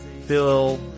phil